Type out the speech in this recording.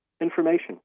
information